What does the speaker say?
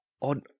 on